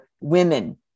women